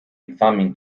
egzamin